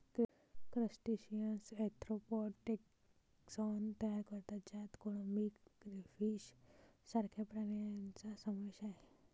crustaceans arthropod taxon तयार करतात ज्यात कोळंबी, क्रेफिश सारख्या प्राण्यांचा समावेश आहे